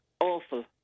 awful